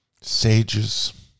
sages